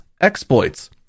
exploits